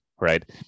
right